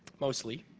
mostly.